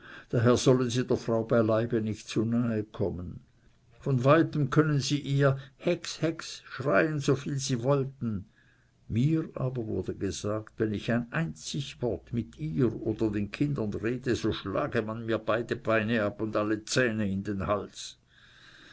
daher sollen sie der frau beileibe nicht zu nahe kommen von weitem könnten sie ihr hex hex schreien soviel sie wollten mir aber wurde gesagt wenn ich ein einzig wort mit ihr oder den kindern rede so schlage man mir beide beine ab und alle zähne in den hals